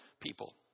people